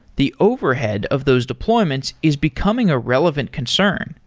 the overhead of those deployments is becoming a relevant concern,